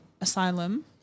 asylum